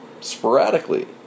sporadically